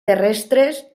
terrestres